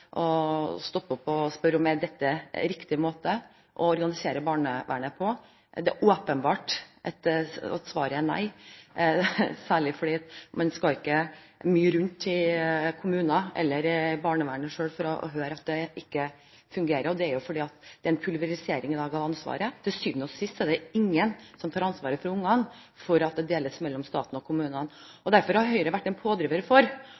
og stoppe opp og spørre: Er dette riktig måte å organisere barnevernet på? Det er åpenbart at svaret er nei, særlig fordi man ikke skal mye rundt i kommunene eller barnevernet selv for å høre at det ikke fungerer, og det er på grunn av pulveriseringen av ansvaret. Til syvende og sist er det ingen som tar ansvaret for barna, fordi det deles mellom staten og kommunene. Derfor har Høyre vært en pådriver for